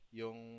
yung